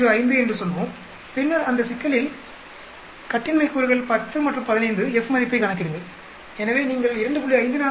05 என்று சொல்வோம் பின்னர் அந்த சிக்கலில் கட்டிமை கூறுகள் 10 மற்றும் 15 F மதிப்பைக் கணக்கிடுங்கள் எனவே நீங்கள் 2